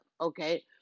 Okay